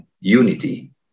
unity